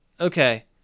Okay